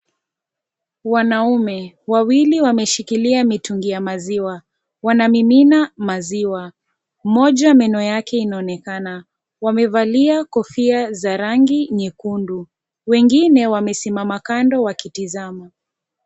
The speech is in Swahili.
Wanaume wawili wameshikilia mitungi ya maziiwa, wanamimina maziwa, mmmoja meno yake inanekana. Wamevalia kofia za rangi nyekundu. Wengine wamesimama kando wakitizima.